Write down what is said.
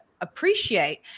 appreciate